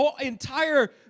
entire